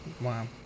Wow